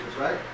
right